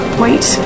wait